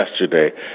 yesterday